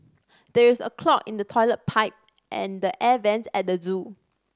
there is a clog in the toilet pipe and the air vents at the zoo